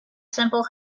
simple